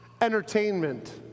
Entertainment